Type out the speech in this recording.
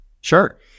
Sure